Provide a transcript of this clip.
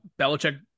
Belichick